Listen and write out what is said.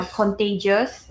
contagious